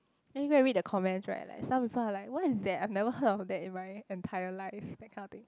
then you go and read the comments right like some people are like what is that I have never heard of that in my entire life that kind of thing